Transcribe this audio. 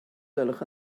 gwelwch